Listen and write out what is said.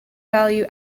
value